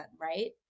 Right